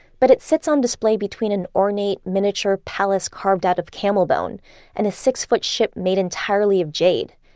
but it sits on display between an ornate miniature palace carved out of camel bone and a six-foot ship made entirely of jade.